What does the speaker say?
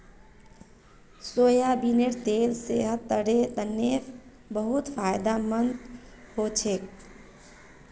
सोयाबीनेर तेल सेहतेर तने बहुत फायदामंद हछेक